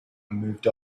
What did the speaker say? moved